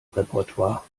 repertoir